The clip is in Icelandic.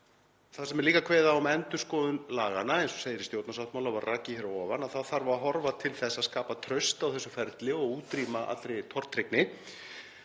Þar sem líka er kveðið á um endurskoðun laganna, eins og segir í stjórnarsáttmála og var rakið hér að ofan, þá þarf að horfa til þess að skapa traust á þessu ferli og útrýma allri tortryggni